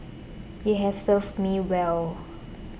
you have served me well